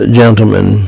gentlemen